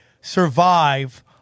survive